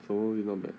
so you know meh